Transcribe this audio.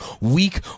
weak